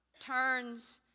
turns